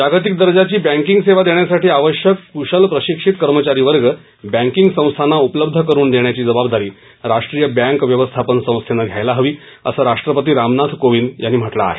जागतिक दर्जाची बँकिंग सेवा देण्यासाठी आवश्यक कुशल प्रशिक्षित कर्मचारी वर्ग बँकिंग संस्थांना उपलब्ध करून देण्याची जबाबदारी राष्ट्रीय बँक व्यवस्थापन संस्थेनं घ्यायला हवी असं राष्ट्रपती रामनाथ कोविंद यांनी म्हटलं आहे